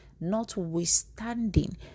notwithstanding